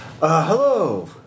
Hello